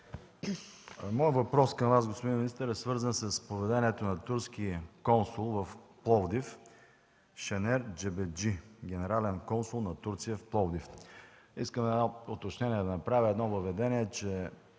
Моят въпрос към Вас, господин министър, е свързан с поведението на турския консул в Пловдив Шенер Джебеджи – генерален консул на Турция в Пловдив. Искам да направя едно уточнение и